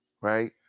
right